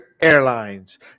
Airlines